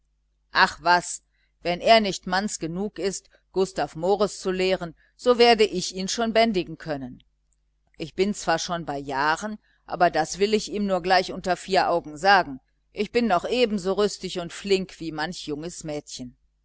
ach was wenn er nicht manns genug ist gustav mores zu lehren so werde ich ihn schon bändigen können ich bin zwar schon bei jahren aber das will ich ihm nur gleich unter vier augen sagen ich bin noch ebenso rüstig und flink wie manch junges mädchen